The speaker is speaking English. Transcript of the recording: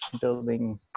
building